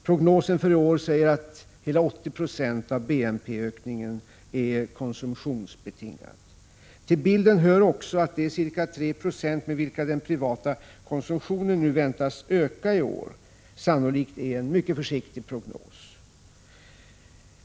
Prognosen för i år säger att hela 80 20 av BP-ökningen blir konsumtionsbetingad. Till bilden hör också att de ca 3 Ze med vilka den privata konsumtionen nu väntas öka i år sannolikt är en försiktig prognos.